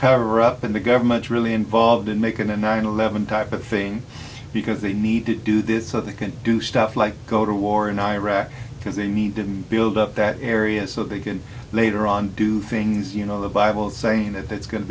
cover up in the government really involved in macon and nine eleven type of thing because they need to do this so they can do stuff like go to war in iraq because they needed and build up that area so they can later on do things you know the bible saying that it's going to